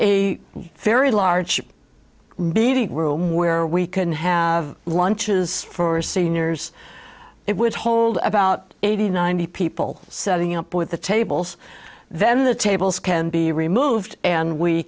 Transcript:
a very large room where we can have lunches for seniors it would hold about eighty ninety people setting up with the tables then the tables can be removed and we